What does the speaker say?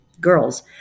girls